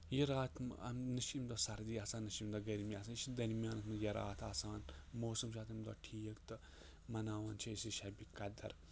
یہِ راتھ نہ چھِ اَمہِ دۄہ سردی آسان نہ چھِ اَمہِ دۄہ گرمی آسان یہِ چھِ دٔرمیانَس منٛز یہِ راتھ آسان موسم چھُ اتھ اَمہِ دۄہ ٹھیٖک تہٕ مَناوان چھِ أسۍ یہِ شبہِ قدر